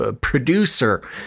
producer